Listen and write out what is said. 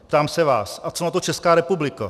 Ptám se vás: A co na to Česká republika?